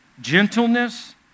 gentleness